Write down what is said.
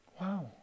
wow